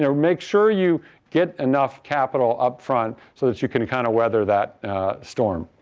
you know make sure you get enough capital upfront so that you can kind of weather that storm.